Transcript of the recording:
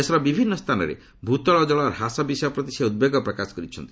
ଦେଶର ବିଭିନ୍ନ ସ୍ଥାନରେ ଭୂତଳ ଜଳ ହ୍ରାସ ବିଷୟ ପ୍ରତି ସେ ଉଦ୍ବେଗ ପ୍ରକାଶ କରିଛନ୍ତି